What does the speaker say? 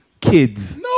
kids